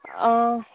ᱚᱻ